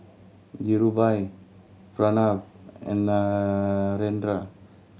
Dhirubhai Pranav and Narendra